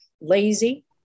lazy